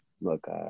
look